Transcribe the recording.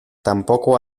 tampoco